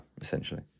essentially